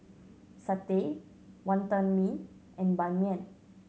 satay Wonton Mee and Ban Mian